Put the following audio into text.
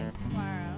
tomorrow